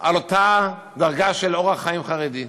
על אותה דרגה של אורח חיים חרדי,